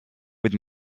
with